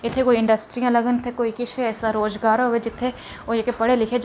इत्थें कोई इंडस्ट्रियां लग्गन इत्थें कोई ऐसा रोजगार होऐ जित्थें ओह् पढ़े लिखे दे जागत् जेह्ड़े बरबाद नेईं होन इं'या